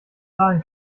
zahlen